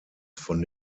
von